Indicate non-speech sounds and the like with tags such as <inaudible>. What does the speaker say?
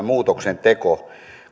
<unintelligible> muutoksenteko